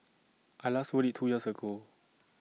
I last rode IT two years ago